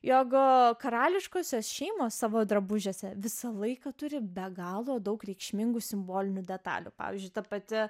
jog karališkosios šeimos savo drabužiuose visą laiką turi be galo daug reikšmingų simbolinių detalių pavyzdžiui ta pati